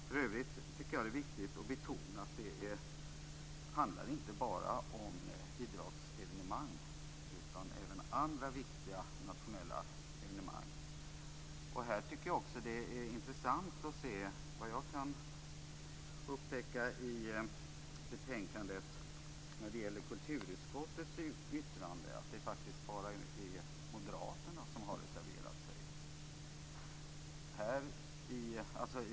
För övrigt tycker jag att det är viktigt att betona att det inte bara handlar om idrottsevenemang, utan även om andra viktiga nationella evenemang. På den här punkten är det också intressant, tycker jag, att se att när det gäller kulturutskottets yttrande i betänkandet är det faktiskt, vad jag kan upptäcka, bara moderaterna som har reserverat sig.